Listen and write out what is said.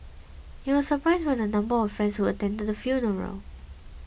he was surprised by the number of friends who attended his funeral